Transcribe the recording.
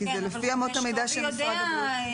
כי זה לפי אמות המידה של משרד הבריאות.